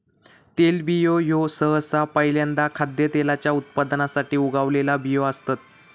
तेलबियो ह्यो सहसा पहील्यांदा खाद्यतेलाच्या उत्पादनासाठी उगवलेला बियो असतत